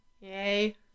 yay